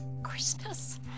Christmas